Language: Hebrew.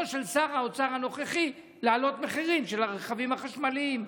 של שר האוצר הנוכחי להעלות מחירים של הרכבים החשמליים.